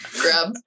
grab